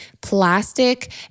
plastic